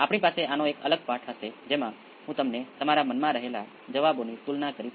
95 ω n પર હશે જે 1995 મેગા રેડિયન પ્રતિ સેકન્ડ અનુલક્ષે છે